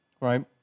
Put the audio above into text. Right